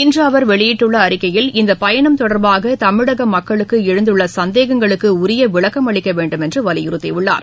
இன்று அவர் வெளியிட்டுள்ள அறிக்கையில் இந்தப் பயணம் தொடர்பாக தமிழக மக்களுக்கு எழுந்துள்ள சந்தேகங்களுக்கு உரிய விளக்கம் அளிக்க வேண்டும் என்று வலியுறுத்தியுள்ளார்